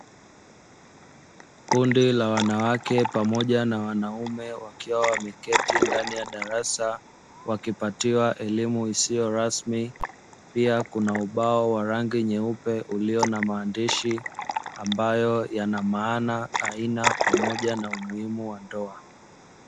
Kundi la wanawake pamoja na wanaume wakiwa wameketi ndani ya darasa, wakipatiwa elimu isiyo rasmi; pia kuna ubao wa rangi nyeupe ulio na maandishi ambayo yana maana aina pamoja na umuhimu wa ndoa.